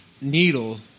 needle